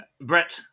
Brett